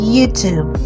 YouTube